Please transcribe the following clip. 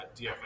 DFS